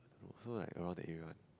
oh also like around that area one